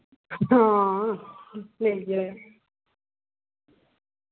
हां लेई जायो